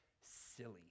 silly